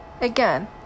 again